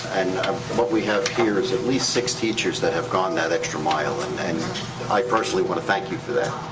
um what we have here is at least six teachers that have gone that extra mile, and and i personally wanna thank you for that.